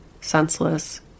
senseless